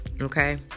Okay